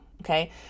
okay